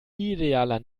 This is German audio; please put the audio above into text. idealer